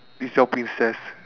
is your princess